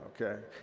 okay